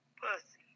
pussy